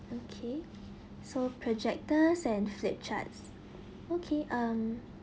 okay so projectors and flip charts okay um